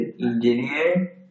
engineer